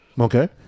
okay